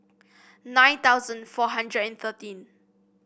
nine thousand four hundred and thirteen